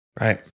Right